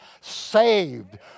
saved